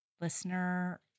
listener